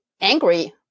angry